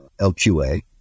LQA